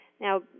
Now